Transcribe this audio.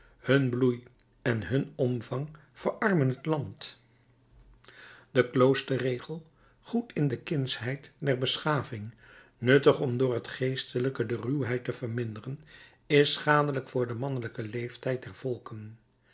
hun bloei en hun omvang verarmen het land de kloosterregel goed in de kindsheid der beschaving nuttig om door het geestelijke de ruwheid te verminderen is schadelijk voor den mannelijken leeftijd der volken